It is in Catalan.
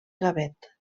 gavet